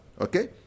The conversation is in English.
Okay